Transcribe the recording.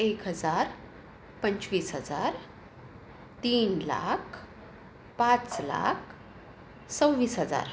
एक हजार पंचवीस हजार तीन लाख पाच लाख सव्वीस हजार